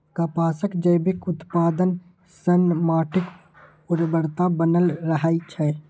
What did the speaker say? कपासक जैविक उत्पादन सं माटिक उर्वरता बनल रहै छै